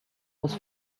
was